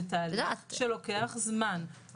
זה תהליך שלוקח זמן,